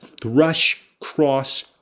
Thrushcross